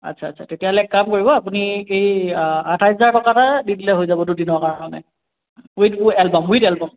আচ্ছা আচ্ছা তেতিয়াহ'লে কাম কৰিব আপুনি এই আঠাইছ হাজাৰ টকা এটা দি দিলে হৈ যাব দুদিনৰ কাৰণে উইথ এলবাম উইথ এলবাম